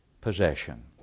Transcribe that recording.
possession